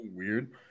Weird